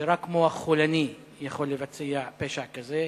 שרק מוח חולני יכול לבצע פשע כזה,